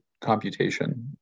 computation